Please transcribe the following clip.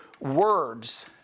words